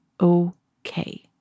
okay